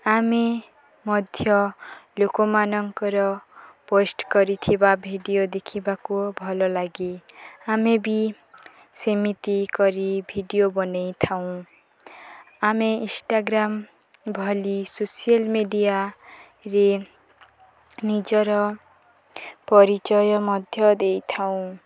ଆମେ ମଧ୍ୟ ଲୋକମାନଙ୍କର ପୋଷ୍ଟ କରିଥିବା ଭିଡ଼ିଓ ଦେଖିବାକୁ ଭଲଲାଗେ ଆମେ ବି ସେମିତି କରି ଭିଡ଼ିଓ ବନେଇଥାଉଁ ଆମେ ଇନ୍ଷ୍ଟାଗ୍ରାମ୍ ଭଲି ସୋସିଆଲ ମିଡ଼ିଆରେ ନିଜର ପରିଚୟ ମଧ୍ୟ ଦେଇଥାଉଁ